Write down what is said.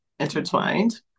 intertwined